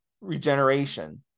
regeneration